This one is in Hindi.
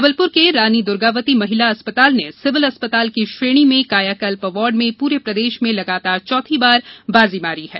जबलपुर के रानी दूर्गावती महिला अस्पताल ने सिविल अस्पताल की श्रेणी में कायाकल्प अवार्ड में पूरे प्रदेश में लगातार चौथी बार बाजी मारी है